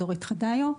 דורית חדאיו.